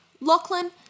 Lachlan